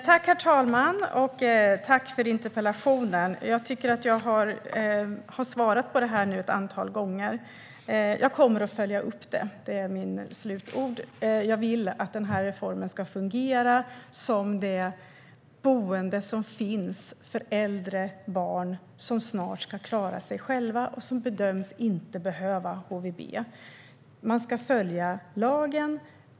Herr talman! Tack för interpellationen! Jag tycker att jag har svarat på det här ett antal gånger. Jag kommer att följa upp det, och det är mitt slutord. Jag vill att den här reformen ska fungera som ett boende för äldre barn som snart ska klara sig själva och som bedöms inte behöva HVB. Man ska följa lagen.